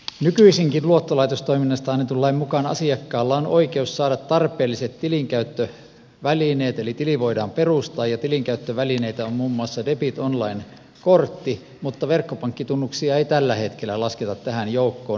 nykyisinkin luottolaitostoiminnasta annetun lain mukaan asiakkaalla on oikeus saada tarpeelliset tilinkäyttövälineet eli tili voidaan perustaa ja tilinkäyttövälineitä on muun muassa debit online kortti mutta verkkopankkitunnuksia ei tällä hetkellä lasketa tähän joukkoon